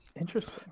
Interesting